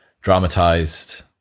dramatized